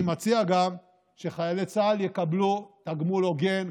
אני מציע גם שחיילי צה"ל יקבלו תגמול הוגן,